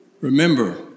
remember